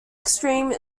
extreme